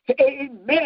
amen